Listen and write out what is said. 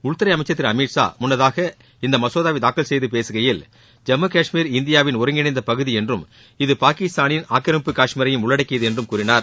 உள்தறை அமைச்சர் திரு அமித் ஷா முன்னதாக இம்மசோதாவை தாக்கல் செய்து பேசுகையில் ஜம்மு கஷ்மீர் இந்தியாவின் ஒருங்கிணைந்த பகுதி என்றும் இது பாகிஸ்தான் ஆக்கிரமிப்பு கஷ்மீரையும் உள்ளடக்கியது என்றும் கூறினார்